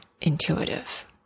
intuitive